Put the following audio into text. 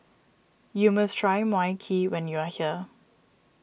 you must try Mui Kee when you are here